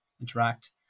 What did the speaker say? interact